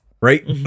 right